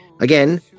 Again